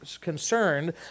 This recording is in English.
concerned